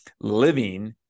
living